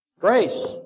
Grace